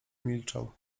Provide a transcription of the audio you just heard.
milczał